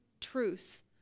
truths